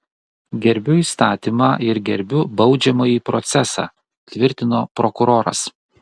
gerbiu įstatymą ir gerbiu baudžiamąjį procesą tvirtino prokuroras